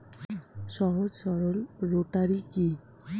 সহজ সরল রোটারি কি?